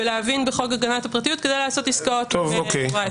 ולהבין בחוק הגנת הפרטיות כדי לעשות עסקאות עם החברה הישראלית.